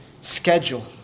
schedule